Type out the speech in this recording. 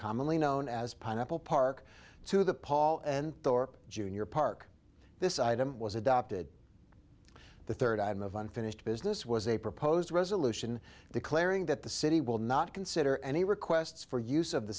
commonly known as pineapple park to the paul and thorpe jr park this item was adopted the third item of unfinished business was a proposed resolution declaring that the city will not consider any requests for use of the